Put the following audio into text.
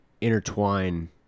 intertwine